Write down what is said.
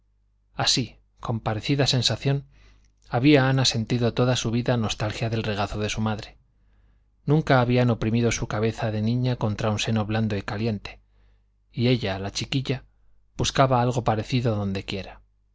así con parecida sensación había ana sentido toda su vida nostalgia del regazo de su madre nunca habían oprimido su cabeza de niña contra un seno blando y caliente y ella la chiquilla buscaba algo parecido donde quiera